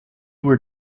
were